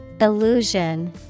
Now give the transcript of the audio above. Illusion